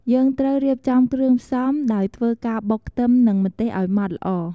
យើងត្រូវរៀបចំគ្រឿងផ្សំដោយធ្វើការបុកខ្ទឹមនឹងម្ទេសឲ្យម៉ដ្ឋល្អ ។